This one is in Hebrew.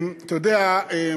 אתה יודע,